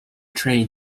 train